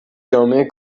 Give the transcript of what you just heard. جامع